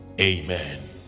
amen